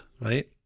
right